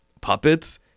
puppets